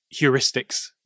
heuristics